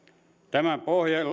tämän